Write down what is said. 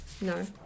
No